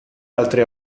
altri